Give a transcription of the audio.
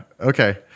Okay